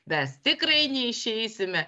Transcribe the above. mes tikrai neišeisime